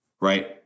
Right